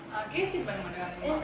கேசரி பண்ண மாட்டாங்க:kesari panna maataanga